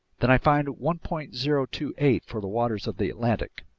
then i find one point zero two eight for the waters of the atlantic,